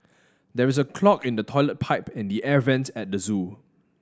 there is a clog in the toilet pipe and the air vents at the zoo